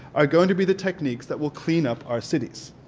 are going to be the techniques that will clean up our cities.